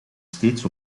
steeds